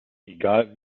egal